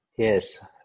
Yes